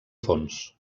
fons